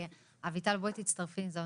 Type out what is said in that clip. בבקשה בואי תצטרפי אלינו